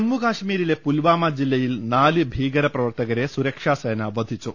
ജമ്മുകശ്മീരിലെ പുൽവാമ ജില്ലയിൽ നാല് ഭീകര പ്രവർത്തകരെ സുരക്ഷാസേന വധിച്ചു